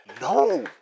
no